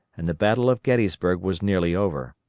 and the battle of gettysburg was nearly over.